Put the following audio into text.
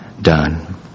done